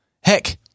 Heck